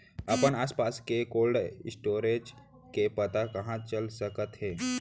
अपन आसपास के कोल्ड स्टोरेज के पता कहाँ चल सकत हे?